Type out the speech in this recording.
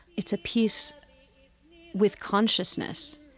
it's a peace with consciousness,